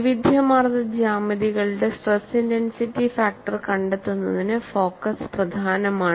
വൈവിധ്യമാർന്ന ജ്യാമിതികളുടെ stress intensity factor കണ്ടെത്തുന്നതിന് ഫോക്കസ് പ്രധാനമാണ്